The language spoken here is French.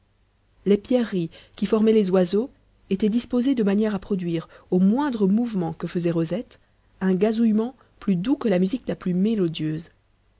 les pierreries qui formaient les oiseaux étaient disposées de manière à produire au moindre mouvement que faisait rosette un gazouillement plus doux que la musique la plus mélodieuse